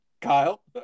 Kyle